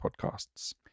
podcasts